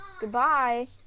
Goodbye